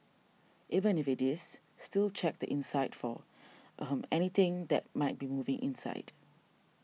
even if it is still check the inside for ahem anything that might be moving inside